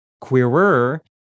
Queerer